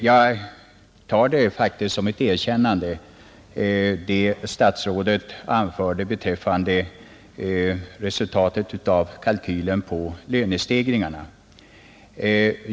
Jag tar det faktiskt som ett erkännande vad statsrådet anförde beträffande resultatet av kalkylen på lönestegringarna.